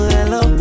Hello